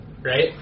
Right